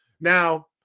Now